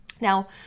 now